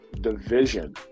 division